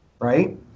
right